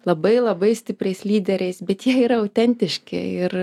labai labai stipriais lyderiais bet jie yra autentiški ir